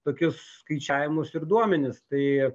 tokius skaičiavimus ir duomenis tai